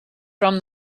from